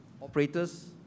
operators